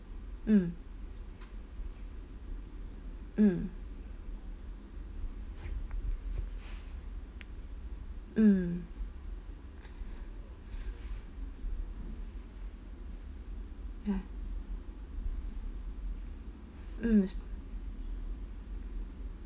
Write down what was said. mm mm mm ya mm